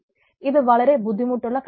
ഇത് വളരെ ബുദ്ധിമുട്ടുള്ള കാര്യമാണ്